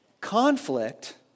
conflict